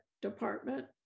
Department